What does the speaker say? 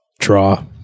Draw